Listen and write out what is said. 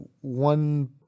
one